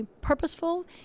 purposeful